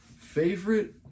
Favorite